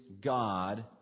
God